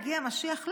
הגיע משיח.